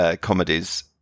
comedies